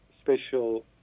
special